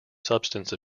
substance